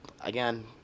Again